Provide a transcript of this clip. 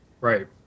Right